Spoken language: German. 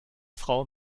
frau